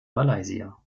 malaysia